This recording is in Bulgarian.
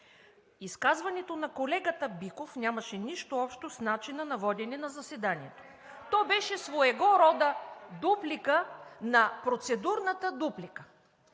Изказването на колегата Биков нямаше нищо общо с начина на водене на заседанието – то беше своего рода дуплика на процедурната дуплика.